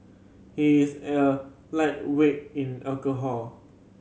he is a lightweight in alcohol